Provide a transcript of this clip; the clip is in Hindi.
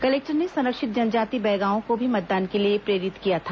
कलेक्टर ने संरक्षित जनजाति बैगाओं को भी मतदान के लिए प्रेरित किया था